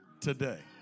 today